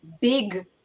big